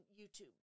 YouTube